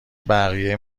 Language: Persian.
بقیه